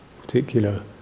particular